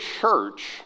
church